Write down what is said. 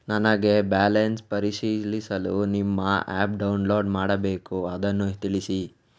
ನನಗೆ ಬ್ಯಾಲೆನ್ಸ್ ಪರಿಶೀಲಿಸಲು ನಿಮ್ಮ ಆ್ಯಪ್ ಡೌನ್ಲೋಡ್ ಮಾಡಬೇಕು ಅದನ್ನು ತಿಳಿಸಿ?